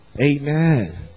Amen